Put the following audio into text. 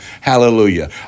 Hallelujah